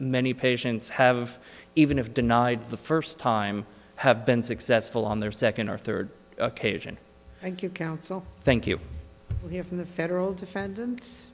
many patients have even if denied the first time have been successful on their second or third occasion thank you thank you hear from the federal defen